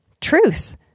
truth